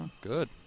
good